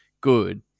good